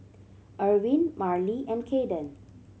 Erwin Marlee and Kayden